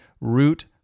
root